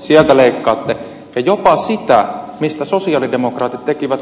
sieltä leikkaatte ja jopa sitä josta sosialidemokraatit tekivät